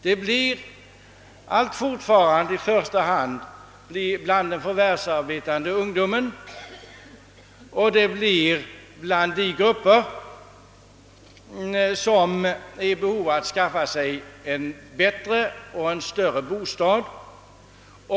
Det blir allt fortfarande i första hand bland den förvärvsarbetande ungdomen och inom de grupper som är i behov av att skaffa sig en bättre och en större bostad.